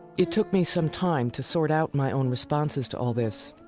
it took me some time to sort out my own responses to all this.